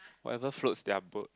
whatever floats their boat